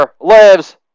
lives